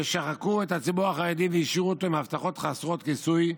ששחקו את הציבור החרדי והשאירו אותו עם הבטחות חסרות כיסוי.